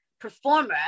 performer